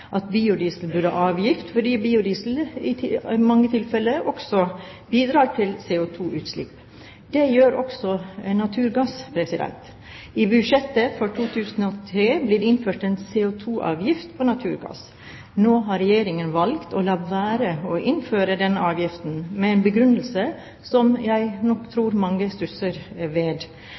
at biodiesel burde ha avgift fordi biodiesel i mange tilfeller også bidrar til CO2-utslipp. Det gjør også naturgass. I budsjettet for 2003 ble det innført en CO2-avgift på naturgass. Nå har Regjeringen valgt å la være å innføre denne avgiften med en begrunnelse som jeg nok tror mange stusser ved.